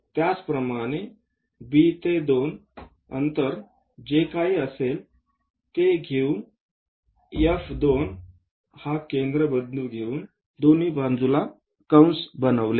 त्याचप्रमाणे B ते 2 अंतर जे काही असेल ते घेऊन F2 हा केंद्रबिंदू घेऊन दोन्ही बाजूंना कंस बनवले